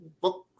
book